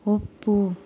ಒಪ್ಪು